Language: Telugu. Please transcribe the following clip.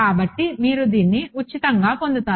కాబట్టి మీరు దీన్ని ఉచితంగా పొందుతారు